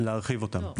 להרחיב אותם,